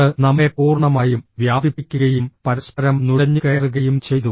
അത് നമ്മെ പൂർണ്ണമായും വ്യാപിപ്പിക്കുകയും പരസ്പരം നുഴഞ്ഞുകയറുകയും ചെയ്തു